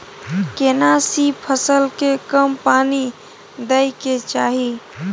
केना सी फसल के कम पानी दैय के चाही?